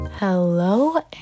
Hello